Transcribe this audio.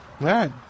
Right